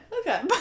Okay